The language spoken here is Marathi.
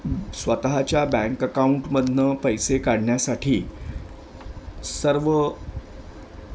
स्वतःच्या बँक अकाऊंटमधनं पैसे काढण्यासाठी सर्व